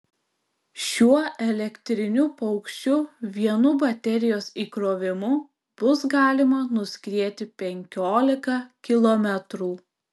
šiuo elektriniu paukščiu vienu baterijos įkrovimu bus galima nuskrieti penkiolika kilometrų